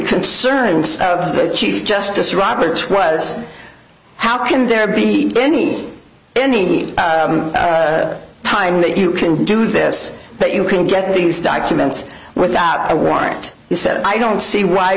concerns of the chief justice roberts was how can there be any any time that you can do this but you can get these documents without a warrant he said i don't see why